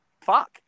fuck